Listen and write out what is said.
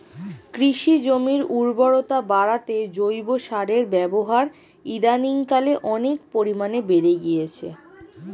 কৃষি জমির উর্বরতা বাড়াতে জৈব সারের ব্যবহার ইদানিংকালে অনেক পরিমাণে বেড়ে গিয়েছে